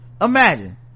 imagine